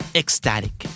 ecstatic